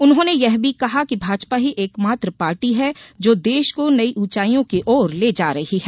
उन्होंने यह भी कहा कि भाजपा ही एकमात्र पार्टी है जो देश को नई ऊॅचाइयों की ओर ले जा रही है